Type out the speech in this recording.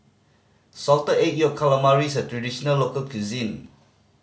Salted Egg Yolk Calamari is a traditional local cuisine